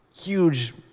huge